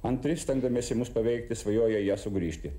antri stengdamiesi mus paveikti svajoja į ją sugrįžti